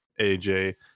AJ